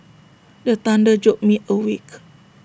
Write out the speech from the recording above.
the thunder jolt me awake